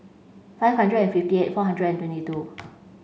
five hundred and fifty eight four hundred and twenty two